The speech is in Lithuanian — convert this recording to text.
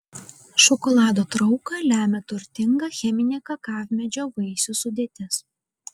šokolado trauką lemia turtinga cheminė kakavmedžio vaisių sudėtis